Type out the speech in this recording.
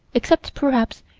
except, perhaps,